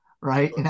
right